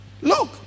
Look